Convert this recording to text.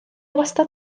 wastad